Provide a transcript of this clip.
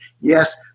yes